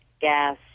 gas